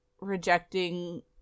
rejecting